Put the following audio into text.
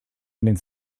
ending